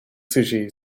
sushi